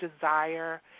desire